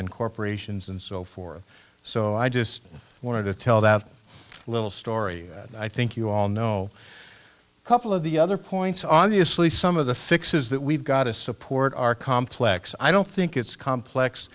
and corporations and so forth so i just wanted to tell that little story i think you all know a couple of the other points obviously some of the fixes that we've got to support are complex i don't think it's complex